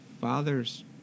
father's